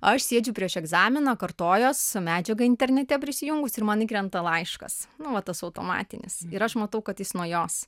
aš sėdžiu prieš egzaminą kartojos medžiagą internete prisijungus ir man įkrenta laiškas nu va tas automatinis ir aš matau kad jis nuo jos